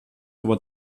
aber